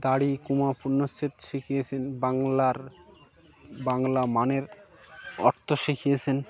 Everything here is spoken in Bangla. দাঁড়ি কমা পূর্ণচ্ছেদ শিখিয়েছেন বাংলার বাংলা মানের অর্থ শিখিয়েছেন